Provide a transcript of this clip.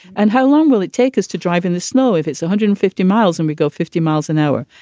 and how long will it take us to drive in the snow if it's one so hundred and fifty miles and we go fifty miles an hour?